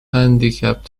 handicap